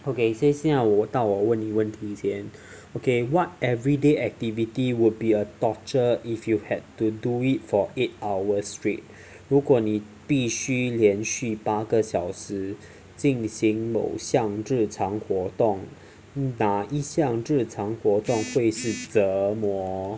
okay 现在我到我问你问题先 okay what everyday activity would be a torture if you had to do it for eight hours straight 如果你必需连续八个小时进行某项日常活动那一项日常活动会是折磨